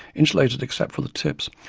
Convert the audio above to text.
insulated except for the tips,